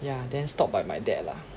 yeah then stopped by my dad lah